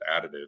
additive